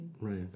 Right